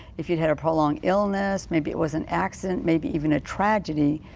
if you had a prolonged illness. maybe it was an accident. maybe even a tragedy.